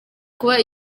kuba